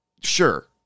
sure